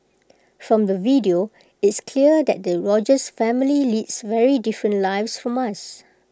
from the video it's clear that the Rogers family leads very different lives from us